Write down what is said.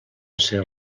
ser